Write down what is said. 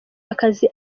akazi